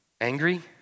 Angry